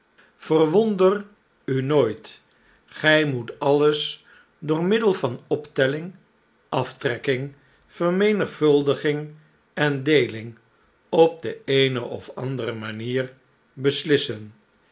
verwonder u nooit gij moet alles door middel van optelling aftrekking vermenigvuldiging en deeling op de eene of andere manier beslissen